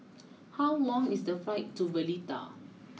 how long is the flight to Valletta